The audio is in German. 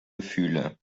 gefühle